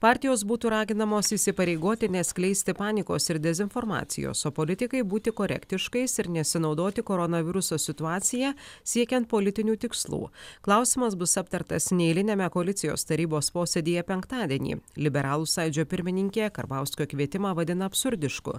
partijos būtų raginamos įsipareigoti neskleisti panikos ir dezinformacijos o politikai būti korektiškais ir nesinaudoti koronaviruso situacija siekiant politinių tikslų klausimas bus aptartas neeiliniame koalicijos tarybos posėdyje penktadienį liberalų sąjūdžio pirmininkė karbauskio kvietimą vadina absurdišku